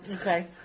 Okay